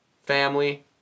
family